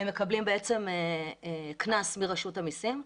ואז הם מקבלים בעצם קנס מרשות המסים.